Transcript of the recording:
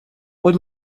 будь